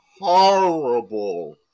horrible